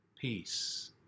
peace